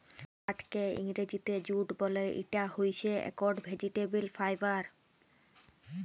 পাটকে ইংরজিতে জুট বল, ইটা হইসে একট ভেজিটেবল ফাইবার